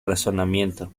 razonamiento